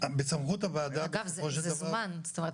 בסמכות הוועדה --- אגב זה סומן זאת אומרת